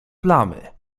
plamy